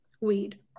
weed